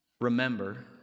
remember